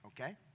Okay